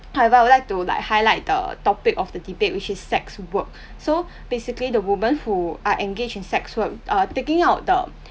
however I would like to like highlight the topic of the debate which is sex work so basically the women who are engaged in the sex work err taking out the